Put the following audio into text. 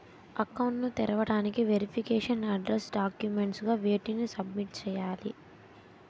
Account ను తెరవటానికి verification address documents గా వేటిని సబ్మిట్ చేయాలి?